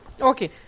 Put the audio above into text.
Okay